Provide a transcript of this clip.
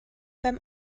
beim